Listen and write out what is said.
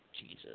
Jesus